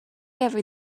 every